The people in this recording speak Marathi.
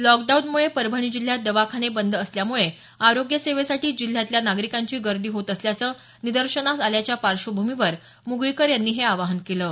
लॉकडाऊनमुळे परभणी जिल्ह्यात दवाखाने बंद असल्यामुळं आरोग्य सेवेसाठी जिल्ह्यातल्या नागरिकांची गर्दी होत असल्याचं निदर्शनास आल्याच्या पार्श्वभूमीवर मुगळीकर यांनी हे आवाहन केल आहे